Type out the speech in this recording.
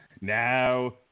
Now